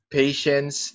patience